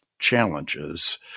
challenges